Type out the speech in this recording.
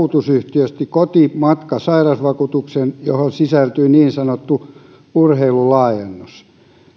vakuutusyhtiöstä kotimatkasairausvakuutuksen johon sisältyi niin sanottu urheilulaajennus